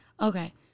okay